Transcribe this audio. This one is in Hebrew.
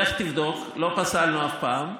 לך תבדוק, לא פסלנו אף פעם.